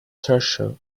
treasure